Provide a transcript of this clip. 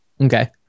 Okay